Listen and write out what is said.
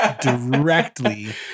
directly